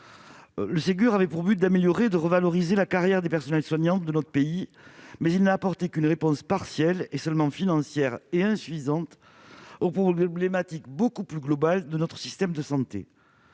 dernier avait pour objectif d'améliorer et de revaloriser la carrière des personnels soignants de notre pays, mais il n'a apporté qu'une réponse partielle, seulement financière et en définitive insuffisante aux problématiques beaucoup plus globales que pose notre système de santé.